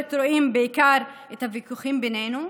בתקשורת רואים בעיקר את הוויכוחים בינינו,